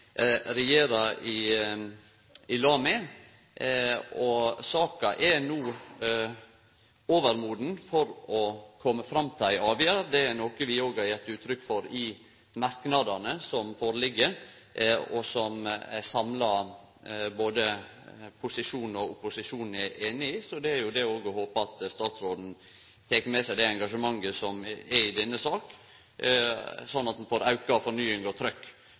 i lag med. Saka er no overmoden, vi må kome fram til ei avgjerd. Det er noko vi òg har gitt uttrykk for i merknadene som ligg føre, og som ein samla posisjon og opposisjon er einig i. Det er å håpe på at statsråden tek med seg det engasjementet som er i denne saka, slik at ein får auka fornying og